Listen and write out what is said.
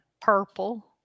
purple